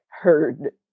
heard